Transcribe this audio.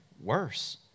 worse